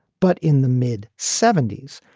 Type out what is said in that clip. but in the mid seventy s,